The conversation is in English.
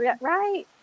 right